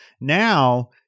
now